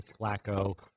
Flacco